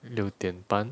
六点半